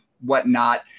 whatnot